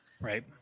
Right